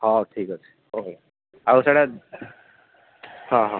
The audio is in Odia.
ହଉ ଠିକ୍ ଅଛି ହଁ ହଉ ଆଉ ସିୟାଡ଼େ ହଁ ହଁ